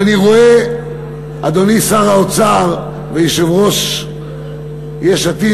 אדוני שר האוצר ויושב-ראש יש עתיד,